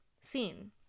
seen